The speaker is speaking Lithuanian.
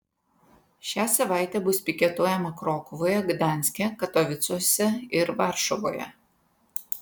šią savaitę bus piketuojama krokuvoje gdanske katovicuose ir varšuvoje